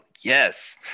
Yes